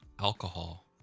alcohol